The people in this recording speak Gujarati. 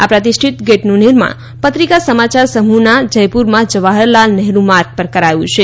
આ પ્રતિષ્ઠત ગેટનું નિર્માણ પત્રિકા સમાચાર સમૂહનાં જયપુરમાં જવાહર લાલ નહેરું માર્ગ પર કરાયું છે